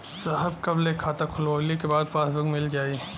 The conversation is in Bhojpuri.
साहब कब ले खाता खोलवाइले के बाद पासबुक मिल जाई?